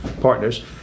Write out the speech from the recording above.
partners